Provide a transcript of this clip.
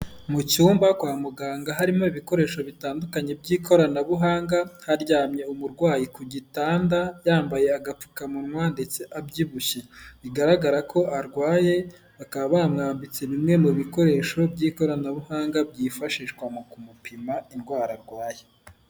Mu cyumba kwa muganga harimo ibikoresho bitandukanye by'ikoranabuhanga, haryamye umurwayi ku gitanda yambaye agapfukamunwa ndetse abyibushye, bigaragara ko arwaye bakaba bamwambitse bimwe mu bikoresho by'ikoranabuhanga byifashishwa mu kumupima indwara arwaye.